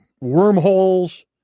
wormholes